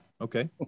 okay